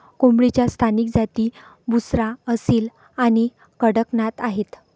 कोंबडीच्या स्थानिक जाती बुसरा, असील आणि कडकनाथ आहेत